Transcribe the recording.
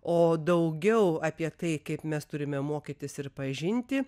o daugiau apie tai kaip mes turime mokytis ir pažinti